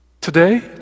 Today